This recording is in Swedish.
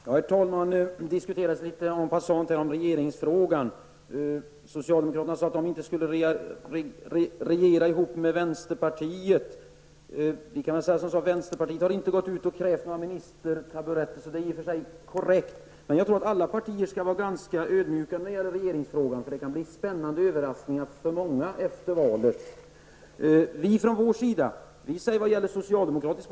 Herr talman! Här har litet en passant regeringsfrågan diskuterats. Lars Hedfors säger att socialdemokraterna inte tänker regera ihop med vänsterpartiet. Vänsterpartiet har inte gått ut och krävt några ministertaburetter, varför hans uttalande i och för sig är korrekt. Jag tycker att alla partier skall vara ödmjuka när de uttalar sig i regeringsfrågan. Det kan nämligen bli spännande överraskningar för många i den frågan efter valet.